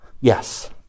yes